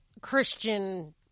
Christian